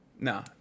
Nah